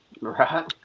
Right